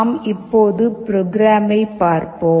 நாம் இப்போது ப்ரோகிராம்மை பார்ப்போம்